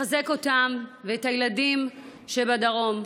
לחזק אותם ואת הילדים שבדרום.